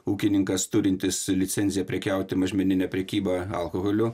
ūkininkas turintis licenciją prekiauti mažmenine prekyba alkoholiu